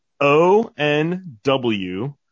O-N-W